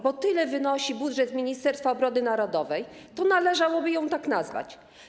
bo tyle wynosi budżet Ministerstwa Obrony Narodowej, należałoby ją tak nazwać.